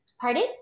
Pardon